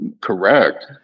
Correct